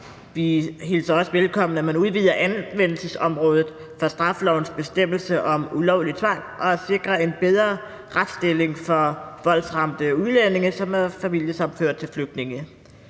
Vi hilser også velkommen, at man udvider anvendelsesområdet for straffelovens bestemmelse om ulovlig tvang, og at man sikrer en bedre retsstilling for voldsramte udlændinge, som er familiesammenført til flygtninge.